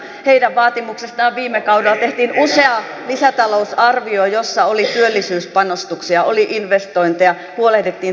heidän vaatimuksestaan viime kaudella tehtiin usea lisätalousarvio jossa oli työllisyyspanostuksia oli investointeja huolehdittiin työllisyysmäärärahoista